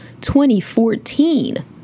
2014